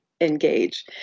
engage